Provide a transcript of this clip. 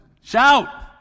Shout